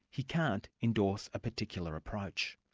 he can't endorse a particular approach.